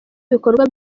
ibikorwa